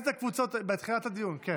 ג'ידא, את הקראת את הקבוצות בתחילת הדיון, נכון?